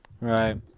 right